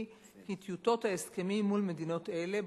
היא כי טיוטות ההסכמים מול מדינות אלה,